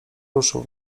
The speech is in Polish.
ruszył